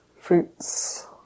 fruits